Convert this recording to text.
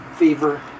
Fever